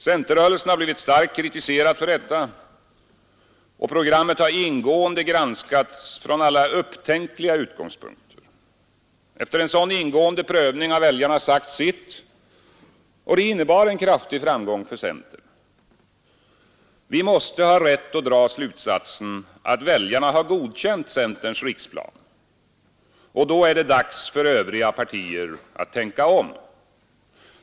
Centerrörelsen har blivit starkt kritiserad för detta, och programmet har ingående granskats från alla upptänkliga utgångspunkter. Efter en sådan ingående prövning har väljarna sagt sitt, och det innebar en kraftig framgång för centern. Vi måste ha rätt att dra den slutsatsen att väljarna har godkänt centerns riksplan, och då är det dags för övriga partier att tänka om.